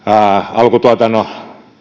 alkutuotannon